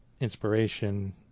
inspiration